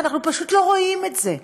אנחנו פשוט לא רואים את זה,